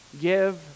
Give